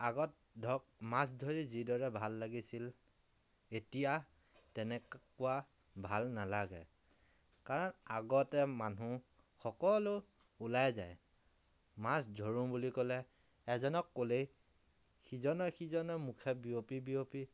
আগত ধৰক মাছ ধৰি যিদৰে ভাল লাগিছিল এতিয়া তেনেকুৱা ভাল নালাগে কাৰণ আগতে মানুহ সকলো ওলাই যায় মাছ ধৰোঁ বুলি ক'লে এজনক ক'লেই সিজনৰ সিজনে মুখে বিয়পি বিয়পি